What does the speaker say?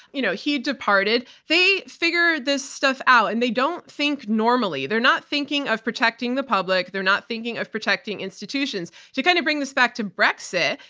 you know he departed. they figured this stuff out and they don't think normally. they're not thinking of protecting the public. they're not thinking of protecting institutions. to kind of bring this back to brexit,